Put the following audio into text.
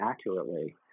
accurately